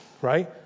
right